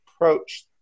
approach